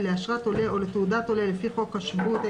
לאשרת עולה או לתעודת עולה לפי חוק השבות,